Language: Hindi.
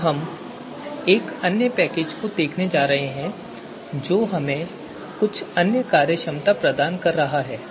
अब हम एक अन्य पैकेज को देखने जा रहे हैं जो हमें कुछ अन्य कार्यक्षमता प्रदान कर रहा है